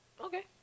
Okay